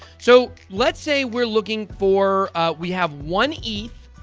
so, let's say we're looking for we have one eth.